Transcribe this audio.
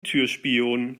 türspion